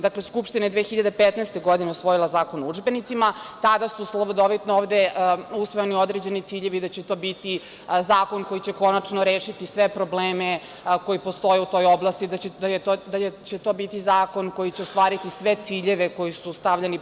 Dakle, Skupština je 2015. godine usvojila Zakon o udžbenicima, tada su slavodobitno ovde usvojeni određeni ciljevi da će to biti zakon koji će konačno rešiti sve probleme, koji postoje u toj oblasti i da će to biti zakon koji će ostvariti sve ciljeve koji su stavljeni.